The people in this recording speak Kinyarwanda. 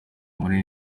muri